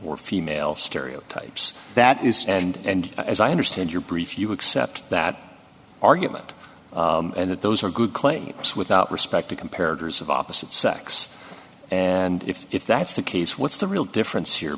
or female stereotypes that is and as i understand your brief you accept that argument and that those are good claims without respect to compared years of opposite sex and if that's the case what's the real difference here